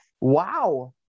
Wow